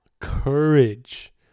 courage